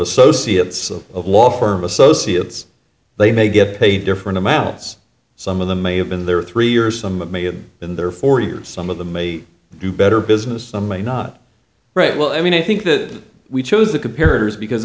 associates of law firm associates they may get paid different amounts some of them may have been there three years some may have been there for years some of the may do better business some may not right well i mean i think that we chose the comparatives because